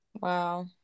Wow